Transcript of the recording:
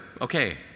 okay